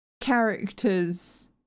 characters